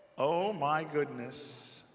oh, my goodness.